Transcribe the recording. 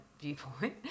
viewpoint